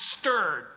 stirred